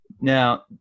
Now